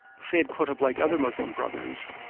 sayyid qutb, like other muslim brothers,